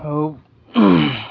আৰু